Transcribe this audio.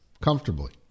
comfortably